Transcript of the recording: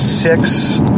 Six